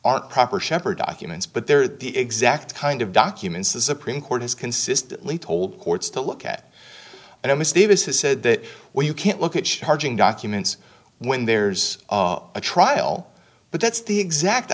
aren't proper shepherd documents but they're the exact kind of documents the supreme court has consistently told courts to look at and i miss davis has said that well you can't look at charging documents when there's a trial but that's the exact